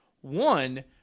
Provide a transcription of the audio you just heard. One